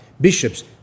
bishops